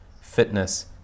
fitness